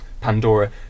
Pandora